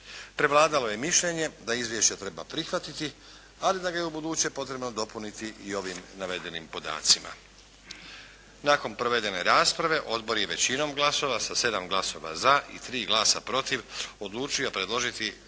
Prevladalo je mišljenje da izvješće treba prihvatiti, ali da ga je ubuduće potrebno dopuniti i ovim navedenim podacima. Nakon provedene rasprave odbor je većinom glasova sa 7 glasova za i 3 glasa protiv odlučio predložiti